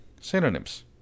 Synonyms